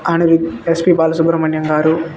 ఆయన ఎస్పి బాలసుబ్రమణ్యం గారు